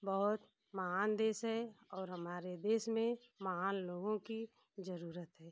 बहुत महान देश है और हमारे देश में महान लोगों की जरूरत है